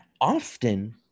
often